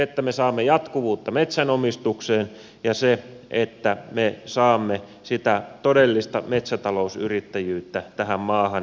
näin me saamme jatkuvuutta metsänomistukseen me saamme sitä todellista metsätalousyrittäjyyttä tähän maahan lisää